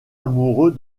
amoureux